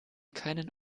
keinen